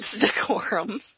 decorum